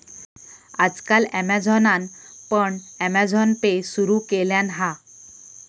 आज काल ॲमेझॉनान पण अँमेझॉन पे सुरु केल्यान हा